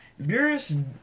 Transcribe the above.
Beerus